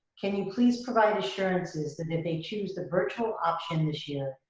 can you please provide assurances that if they choose the virtual option this year,